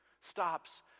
stops